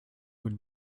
would